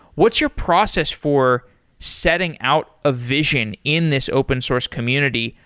what's your process for setting out a vision in this open source community,